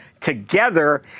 together